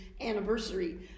anniversary